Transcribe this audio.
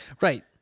Right